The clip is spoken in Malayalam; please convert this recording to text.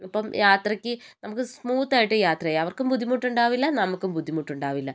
ഇപ്പം യാത്രക്ക് നമുക്ക് സ്മൂത്ത് ആയിട്ട് യാത്ര ചെയ്യാം അവർക്കും ബുദ്ധിമുട്ടുണ്ടാവില്ല നമുക്കും ബുദ്ധിമുട്ടുണ്ടാവില്ല